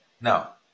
Now